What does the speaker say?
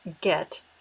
get